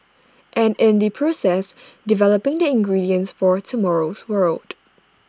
and in the process developing the ingredients for tomorrow's world